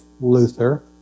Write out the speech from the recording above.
Luther